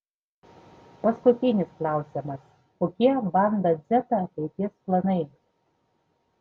paskutinis klausimas kokie banda dzeta ateities planai